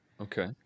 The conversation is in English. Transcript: Okay